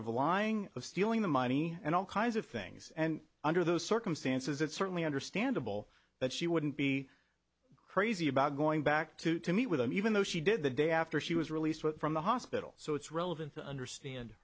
of lying of stealing the money and all kinds of things and under those circumstances it's certainly understandable that she wouldn't be crazy about going back to to meet with them even though she did the day after she was released went from the hospital so it's relevant to understand